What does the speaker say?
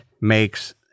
makes